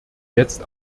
jetzt